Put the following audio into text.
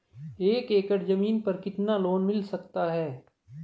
एक एकड़ जमीन पर कितना लोन मिल सकता है?